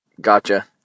Gotcha